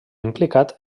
implicat